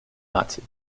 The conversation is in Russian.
наций